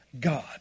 God